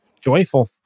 joyful